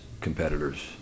competitors